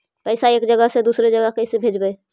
पैसा एक जगह से दुसरे जगह कैसे भेजवय?